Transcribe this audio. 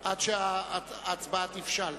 עד שההצבעה תבשל.